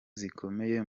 zikomeye